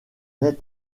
net